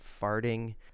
farting